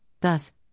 thus